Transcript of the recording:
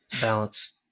balance